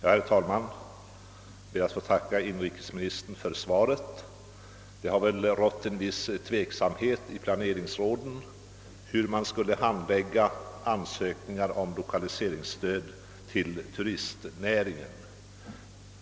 Herr talman! Jag ber att få tacka inrikesministern för svaret. Det har väl rått en viss tveksamhet i planeringsråden om hur man skulle handlägga ansökningar om lokaliseringsstöd till turistnäringen.